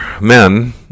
men